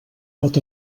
pot